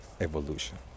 evolution